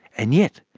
and yet,